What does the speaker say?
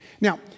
Now